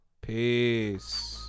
Peace